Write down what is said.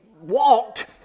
walked